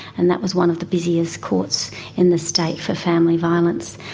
and that was one of the busiest courts in the state for family violence.